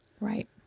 Right